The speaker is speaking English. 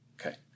Okay